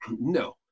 No